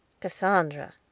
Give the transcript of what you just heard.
Cassandra